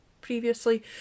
previously